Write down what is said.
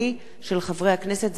גלאון ואריה אלדד בנושא: הטבח בעם הארמני.